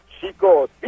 chicos